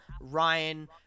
Ryan